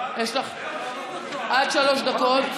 יש לך עד שלוש דקות.